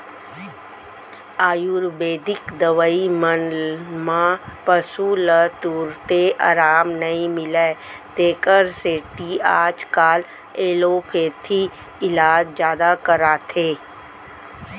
आयुरबेदिक दवई मन म पसु ल तुरते अराम नई मिलय तेकर सेती आजकाल एलोपैथी इलाज जादा कराथें